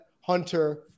Hunter